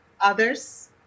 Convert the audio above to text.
others